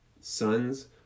Sons